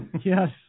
Yes